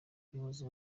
ubuyobozi